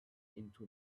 into